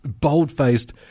bold-faced